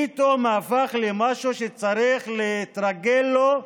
פתאום הפך למשהו שצריך להתרגל אליו,